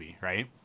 right